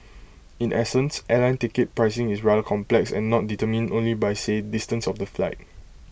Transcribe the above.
in essence airline ticket pricing is rather complex and not determined only by say distance of the flight